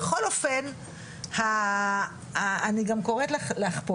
בכל אופן אני גם קוראת לך פה,